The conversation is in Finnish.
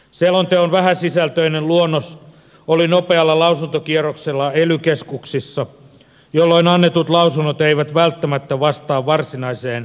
selonteon vähäsisältöinen luonnos oli nopealla lausuntokierroksella ely keskuksissa jolloin annetut lausunnot eivät välttämättä vastaa varsinaiseen selontekoon